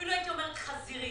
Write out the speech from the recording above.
אפילו הייתי אומרת חזירית.